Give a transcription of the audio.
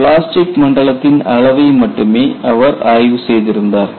plastic மண்டலத்தின் அளவை மட்டுமே அவர் ஆய்வு செய்திருந்தார்